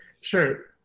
Sure